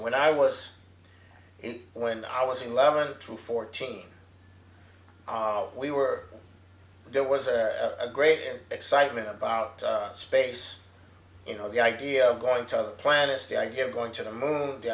when i was when i was eleven to fourteen we were there was a great excitement about space you know the idea of going to other planets the idea of going to the moon the